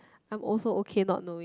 I'm also okay not knowing